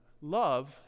Love